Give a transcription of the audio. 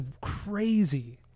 crazy